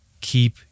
Keep